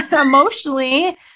emotionally